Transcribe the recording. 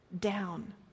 down